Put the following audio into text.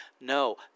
No